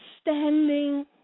Standing